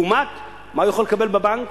לעומת מה שהוא יכול לקבל בבנק,